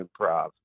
Improv